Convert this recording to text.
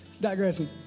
digressing